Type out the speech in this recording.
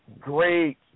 great